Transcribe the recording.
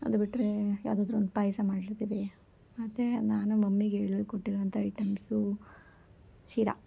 ಅದು ಬಿಟ್ಟರೆ ಯಾವುದಾದ್ರು ಒಂದು ಪಾಯಸ ಮಾಡಿರ್ತೀವಿ ಮತ್ತು ನಾನು ಮಮ್ಮಿಗೆ ಹೇಳಿ ಕೊಟ್ಟಿರುವಂಥ ಐಟಮ್ಸು ಶೀರಾ